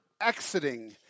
exiting